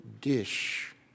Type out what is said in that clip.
dish